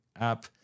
app